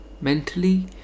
mentally